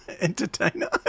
entertainer